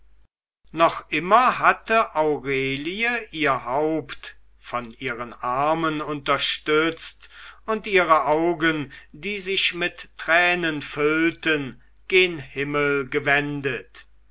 noch immer hatte aurelie ihr haupt von ihren armen unterstützt und ihre augen die sich mit tränen füllten gen himmel gewendet